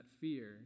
fear